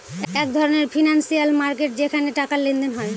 এক ধরনের financial market যেখানে টাকার লেনদেন হয়